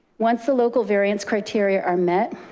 once the local variance criteria are met,